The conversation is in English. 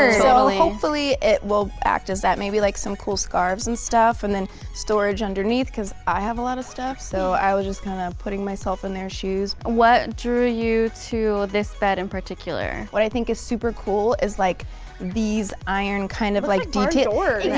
so hopefully it will act as that maybe like some cool scarves and stuff and then storage underneath because i have a lot of stuff. so i was just kind of putting myself in their shoes what drew you to this bed in particular? what i think is super cool is like these iron kind of like detail those are